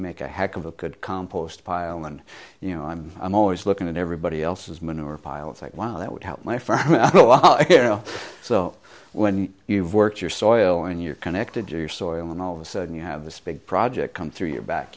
make a heck of a good compost pile and you know i'm i'm always looking at everybody else's manure pile it's like wow that would help my firm you know so when you've worked your soil and you're connected to your soil and all of a sudden you have this big project come through your